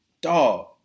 Dog